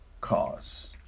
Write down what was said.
cause